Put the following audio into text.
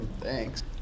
thanks